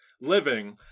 living